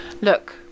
Look